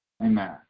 Amen